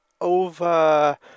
over